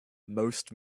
most